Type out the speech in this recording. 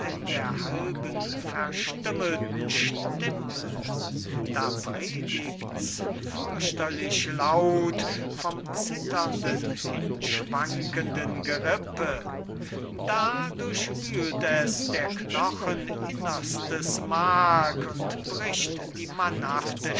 in der halben verstümmelten stimme da predigts fürchterlich laut vom zitternden hinschwankenden gerippe da durchwühlt es der knochen innerstes mark und bricht die mannhafte